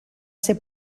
ser